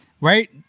right